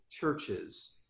churches